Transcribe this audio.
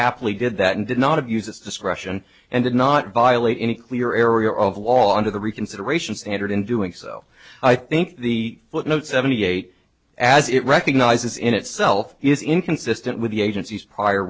aptly did that and did not abuse its discretion and did not violate any clear area of law under the reconsideration standard in doing so i think the footnote seventy eight as it recognizes in itself is inconsistent with the agency's prior